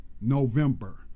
November